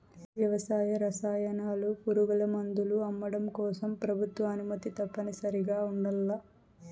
వ్యవసాయ రసాయనాలు, పురుగుమందులు అమ్మడం కోసం ప్రభుత్వ అనుమతి తప్పనిసరిగా ఉండల్ల